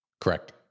Correct